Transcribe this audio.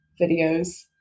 videos